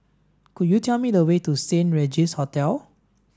could you tell me the way to Saint Regis Hotel